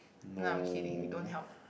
no I'm kidding we don't help